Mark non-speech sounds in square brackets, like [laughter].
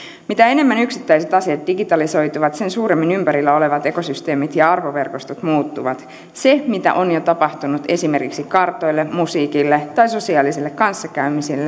mitä enemmän yksittäiset asiat digitalisoituvat sen suuremmin ympärillä olevat ekosysteemit ja arvoverkostot muuttuvat se mitä on jo tapahtunut esimerkiksi kartoille musiikille tai sosiaaliselle kanssakäymiselle [unintelligible]